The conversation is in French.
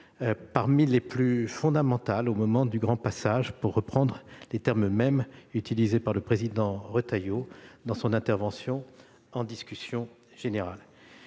parmi les plus fondamentales au moment du grand passage, pour reprendre les termes mêmes utilisés par Bruno Retailleau dans son intervention en discussion générale.